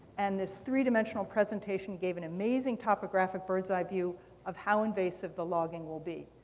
and this three-dimensional presentation gave an amazing topographic bird's-eye view of how invasive the logging will be.